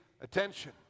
attention